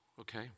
okay